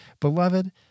Beloved